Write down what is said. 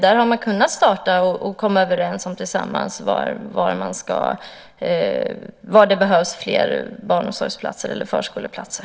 Där har man kunnat starta och komma överens tillsammans om var det behövs fler barnomsorgsplatser eller förskoleplatser.